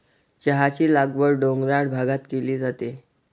चहाची लागवड डोंगराळ भागात केली जाते